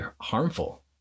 harmful